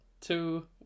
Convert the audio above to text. two